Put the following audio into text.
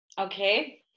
Okay